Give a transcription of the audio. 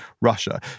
Russia